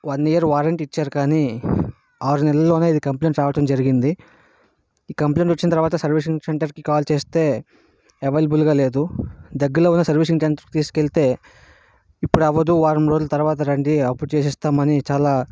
one year warranty ఇచ్చారు కానీ ఆరు నెలలలోనే ఇది కంప్లైంట్స్ రావడం జరిగింది ఈ కంప్లైంట్ వచ్చిన తరువాత సర్వీసింగ్ సెంటర్కి కాల్ చేస్తే అవైలబుల్గా లేదు దగ్గరలో ఉన్న సర్వీసింగ్ సెంటర్కి తీసుకెళ్తే ఇప్పుడు అవ్వదు వారం రోజుల తర్వాత రండి అప్పుడు చేసిస్తాం అని చాలా